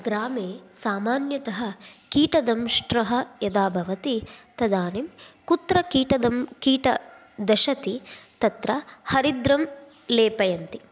ग्रामे सामान्यतः कीटदंष्ट्रः यदा भवति तदानीं कुत्र कीटदं कीट दशति तत्र हरिद्रां लेपयन्ति